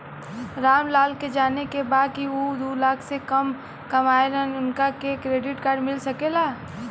राम लाल के जाने के बा की ऊ दूलाख से कम कमायेन उनका के क्रेडिट कार्ड मिल सके ला?